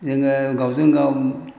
जोङो गावजों गाव